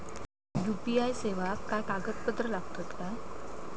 UPI सेवाक काय कागदपत्र लागतत काय?